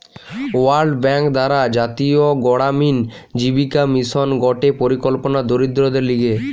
world bank দ্বারা জাতীয় গড়ামিন জীবিকা মিশন গটে পরিকল্পনা দরিদ্রদের লিগে